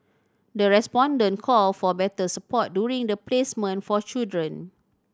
the respondent called for better support during the placement for children